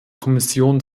kommission